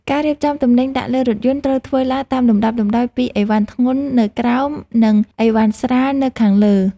ការរៀបចំទំនិញដាក់លើរថយន្តត្រូវធ្វើឡើងតាមលំដាប់លំដោយពីអីវ៉ាន់ធ្ងន់នៅក្រោម និងអីវ៉ាន់ស្រាលនៅខាងលើ។